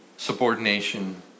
Subordination